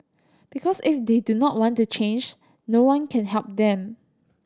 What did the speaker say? because if they do not want to change no one can help them